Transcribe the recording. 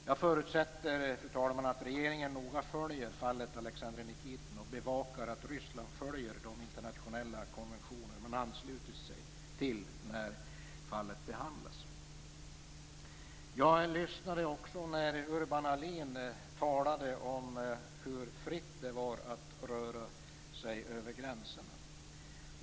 Jag förutsätter, fru talman, att regeringen noga följer fallet Alexandr Nikitin och bevakar att Ryssland följer de internationella konventioner man har anslutit sig till när fallet behandlas. Jag lyssnade också när Urban Ahlin talade om hur fritt det var att röra sig över gränserna.